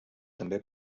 també